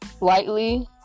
lightly